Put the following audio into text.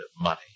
money